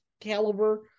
caliber